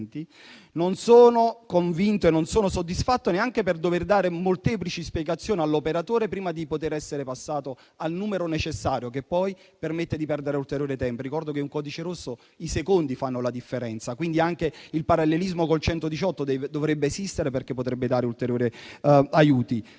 Non sono convinto e non sono soddisfatto neanche per dover dare molteplici spiegazioni all'operatore prima di poter essere passato al numero necessario, che poi fa perdere ulteriore tempo. Ricordo che nel caso di un codice rosso, i secondi fanno la differenza. Dovrebbe esistere quindi anche il parallelismo con il numero 118, perché potrebbe dare ulteriori aiuti.